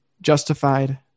justified